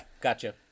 gotcha